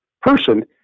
person